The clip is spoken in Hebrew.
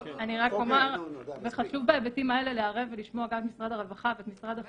חשוב בהיבטים האלה לערב ולשמוע גם את משרד הרווחה ואת משרד הבריאות.